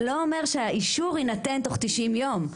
זה לא אומר שהאישור יינתן בתוך 90 ימים.